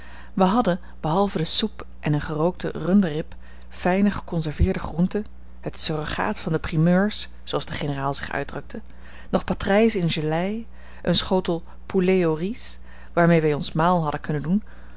wij hadden behalve de soep en een gerookte runderrib fijne geconserveerde groenten het surrogaat van de primeurs zooals de generaal zich uitdrukte nog patrijzen in gelei een schotel poulet au riz waarmee wij ons maal hadden kunnen doen